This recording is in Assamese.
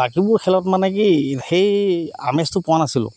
বাকীবোৰ খেলত মানে কি সেই আমেজটো পোৱা নাছিলোঁ